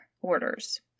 orders